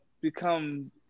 become